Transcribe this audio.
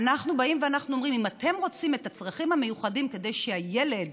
אנחנו אומרים: אם אתם רוצים את הצרכים המיוחדים כדי שהילד